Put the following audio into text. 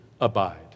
abide